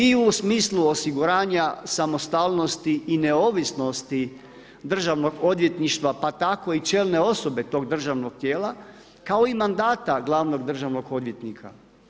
I u smislu osiguranja samostalnosti i neovisnosti državnog odvjetništva pa tako i čelne osobe tog državnog tijela, kao i mandata glavnog državnog odvjetnika.